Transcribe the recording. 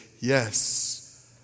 yes